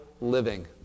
living